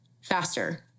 faster